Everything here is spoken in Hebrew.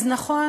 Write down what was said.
אז נכון,